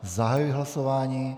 Zahajuji hlasování.